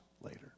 later